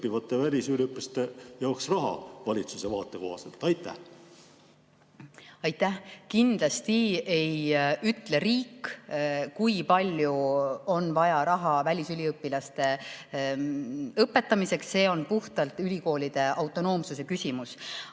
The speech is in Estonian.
välisüliõpilaste jaoks raha valitsuse vaate kohaselt. Jaak Valge, palun! Aitäh! Kindlasti ei ütle riik, kui palju on vaja raha välisüliõpilaste õpetamiseks, see on puhtalt ülikoolide autonoomsuse küsimus.